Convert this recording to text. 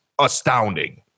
astounding